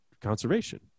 conservation